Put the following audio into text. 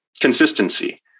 consistency